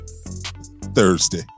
Thursday